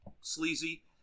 sleazy